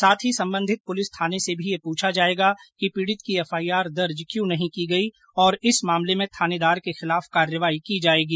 साथ ही संबंधित पुलिस थाने से भी यह पूछा जायेगा कि पीडित की एफआईआर दर्ज क्यों नहीं की गई और इस मामले में थानेदार के खिलाफ कार्रवाई की जायेगी